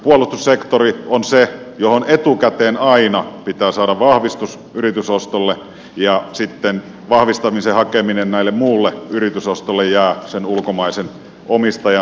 puolustussektori on se minkä osalta etukäteen aina pitää saada vahvistus yritysostolle ja sitten vahvistamisen hakeminen näille muille yritysostoille jää sen ulkomaisen omistajan tahdon varaan